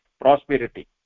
prosperity